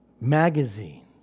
magazines